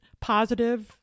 positive